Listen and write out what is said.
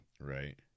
Right